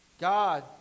God